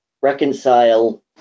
reconcile